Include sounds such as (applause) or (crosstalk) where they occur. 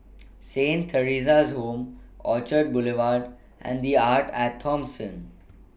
(noise) Saint Theresa's Home Orchard Boulevard and The Arte At Thomson